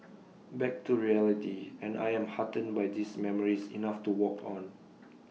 back to reality and I am heartened by these memories enough to walk on